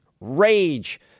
rage